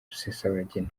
rusesabagina